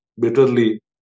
bitterly